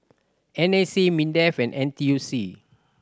N A C MINDEF and N T U C